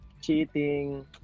Cheating